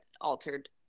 altered